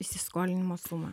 įsiskolinimo sumą